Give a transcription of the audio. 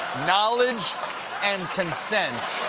knowledge and consent.